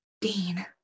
dean